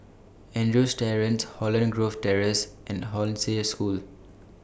Andrews Terrace Holland Grove Terrace and Hollandse School